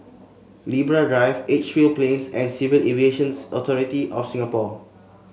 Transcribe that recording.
Libra Drive Edgefield Plains and Civil Aviation's Authority of Singapore